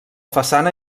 façana